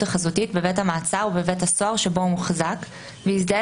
החזותית בבית המעצר או בבית הסוהר שבו הוא מוחזק ויזדהה